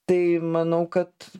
tai manau kad